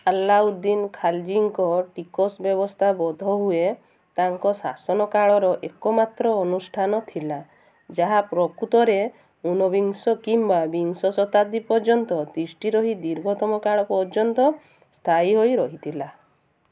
ଆଲ୍ଲାଉଦ୍ଦିନ୍ ଖାଲ୍ଜୀଙ୍କ ଟିକସ ବ୍ୟବସ୍ଥା ବୋଧ ହୁଏ ତାଙ୍କ ଶାସନକାଳର ଏକମାତ୍ର ଅନୁଷ୍ଠାନ ଥିଲା ଯାହା ପ୍ରକୃତରେ ଉନବିଂଶ କିମ୍ବା ବିଂଶ ଶତାବ୍ଦୀ ପର୍ଯ୍ୟନ୍ତ ତିଷ୍ଠି ରହି ଦୀର୍ଘତମ କାଳ ପର୍ଯ୍ୟନ୍ତ ସ୍ଥାୟୀ ହେଇ ରହିଥିଲା